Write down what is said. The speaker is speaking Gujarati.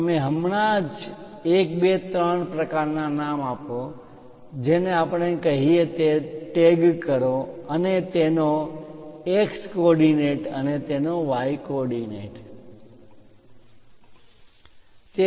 તમે હમણાં જ 1 2 3 પ્રકારના નામ આપો જેને આપણે કહીએ તે ટેગ કરો અને તેનો X કોઓર્ડીનેટ યામ તેનો Y કોઓર્ડીનેટ યામ